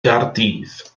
gaerdydd